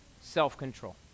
self-control